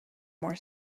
more